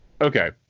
Okay